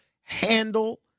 handle